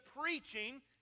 preaching